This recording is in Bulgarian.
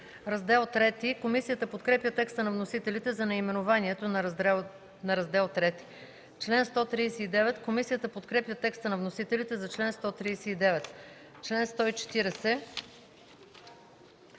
Раздел III. Комисията подкрепя текста на вносителите за наименованието на Раздел ІІI. Комисията подкрепя текста на вносителите за чл. 139. По чл.